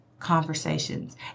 conversations